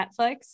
Netflix